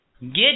Get